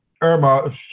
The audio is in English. Irma